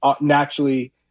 Naturally